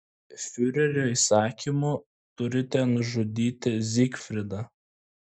fiurerio įsakymu turite nužudyti zygfridą